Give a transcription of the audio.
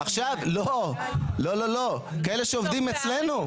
לא לא לא, כאלה שעובדים אצלנו.